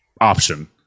option